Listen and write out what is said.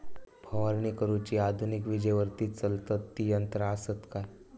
फवारणी करुची आधुनिक विजेवरती चलतत ती यंत्रा आसत काय?